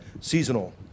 seasonal